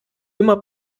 immer